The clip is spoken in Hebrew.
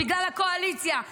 בגלל הקואליציה,